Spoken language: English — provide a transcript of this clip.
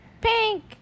Pink